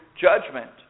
judgment